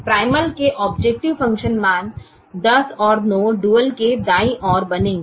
primal के objective function मान 10 और 9 डुअल के दायीं ओर बनेंगे